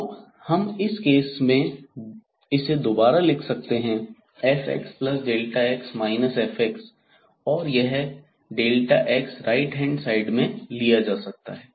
अब हम इस केस में इसे दोबारा लिख सकते हैं fxx fx और यह x राइट हैंड साइड में लिया जा सकता है